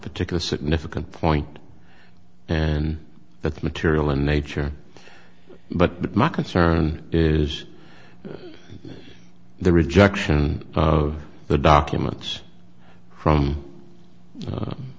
particular significant point and that material in nature but my concern is the rejection of the documents from